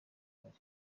bari